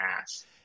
ass